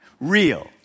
Real